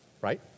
right